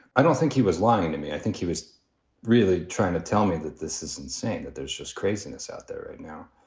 i don't think he was lying to and me. i think he was really trying to tell me that this is insane, that there's just craziness out there right now.